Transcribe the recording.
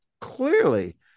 clearly